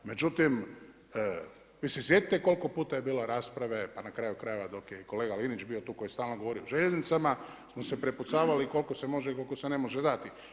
Međutim, vi se sjetite koliko puta je bilo rasprave, pa na kraju krajeva dok je i kolega Linić bio tu koji je stalno govorio o željeznicama smo se prepucavali koliko se može i koliko se ne može dati.